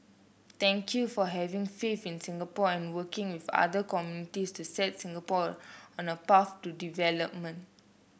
thank you for having faith in Singapore and working with other communities to set Singapore on a path to development